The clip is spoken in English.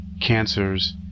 cancers